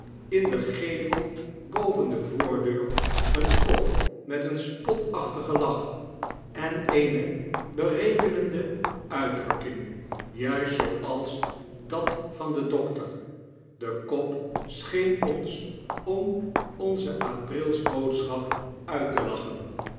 in den gevel boven de voordeur een kop met een spotachtigen lach en eene berekenende uitdrukking juist zooals dat van den dokter de kop scheen ons om onze aprilsboodschap uit te lachen